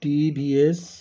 TVS